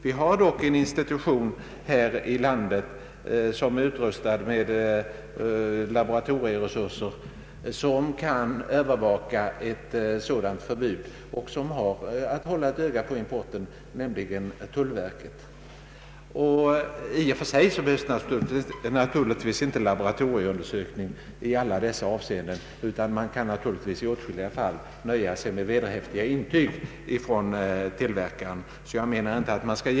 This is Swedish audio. Vi har dock här i landet en institution, utrustad med laboratorieresurser, som kan övervaka ett sådant förbud och som har till uppgift att hålla ett öga på importen, nämligen tullverket. Givetvis behövs det inte laboratorieundersökningar i alla fall, utan man kan i åtskilliga fall nöja sig med vederhäftiga intyg från tillverkaren.